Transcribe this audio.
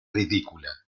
ridícula